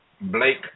Blake